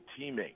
teammate